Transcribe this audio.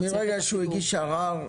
כשהוא הגיש ערר.